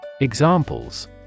Examples